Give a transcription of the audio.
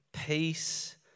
peace